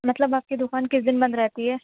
مطلب آپ کی دُکان کس دِن بند رہتی ہے